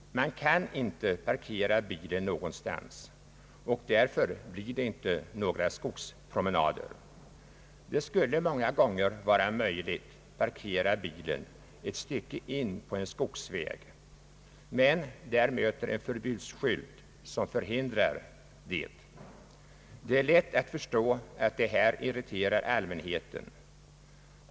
Man kan inte parkera bilen någonstans, och därför blir det inte några skogspromenader. Det skulle många gånger vara möjligt att parkera bilen ett stycke in på en skogsväg, men där möter en förbudsskylt som förhindrar detta. Det är lätt att förstå att det här irriterar allmänheten.